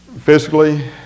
physically